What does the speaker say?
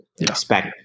expect